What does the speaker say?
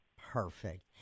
perfect